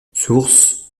source